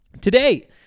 today